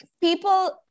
people